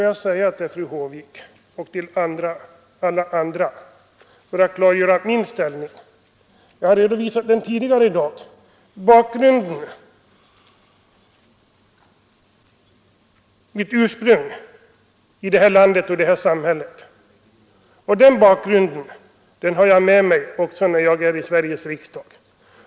Jag har tidigare i dag redovisat min inställning och redogjort för min bakgrund och mitt ursprung i detta samhälle. Låt mig säga till fru Håvik och till alla, att jag har den bakgrunden med mig också när jag är i Sveriges riksdag.